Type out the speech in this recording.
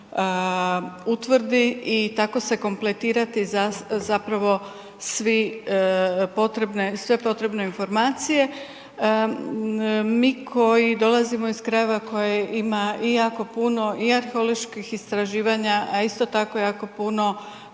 utvrdi i tako se kompletirati sve potrebne informacije. Mi koji dolazimo iz krajeva koji ima i jako puno i arheoloških istraživanja, a isto tako jako puno